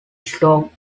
stoke